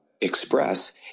express